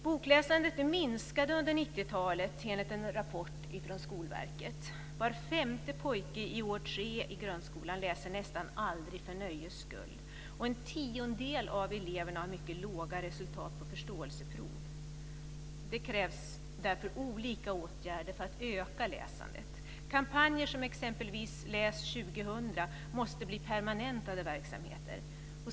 Bokläsandet minskade under 90-talet enligt en rapport från Skolverket. Var femte pojke i årskurs tre i grundskolan läser nästan aldrig för nöjes skull. En tiondel av eleverna har mycket låga resultat på förståelseprov. Det krävs därför olika åtgärder för att öka läsandet. Kampanjer som t.ex. Läs 2000 måste bli permanentade verksamheter.